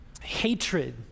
hatred